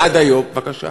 בבקשה.